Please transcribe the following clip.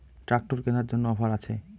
Tractor কেনার জন্য offer আছে?